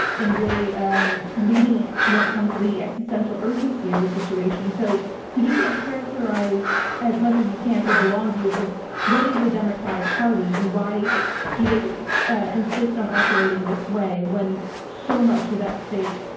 and really um leading when it comes to the existential urgency of the situation. so could you sort of characterize as much as you can sort of the long view but of what is the democratic party, and why do they insist on operating this way when so much is at stake?